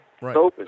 right